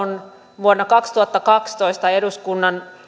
on vuonna kaksituhattakaksitoista eduskunnan